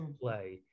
play